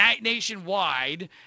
nationwide